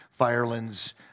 Firelands